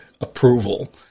approval